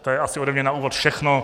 To je asi ode mě na úvod všechno.